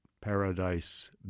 Paradise